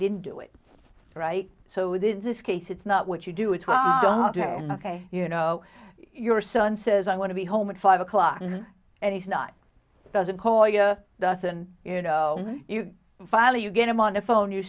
didn't do it right so this is this case it's not what you do it's ok you know your son says i want to be home at five o'clock and he's not doesn't call you a doesn't you know you finally you get him on the phone you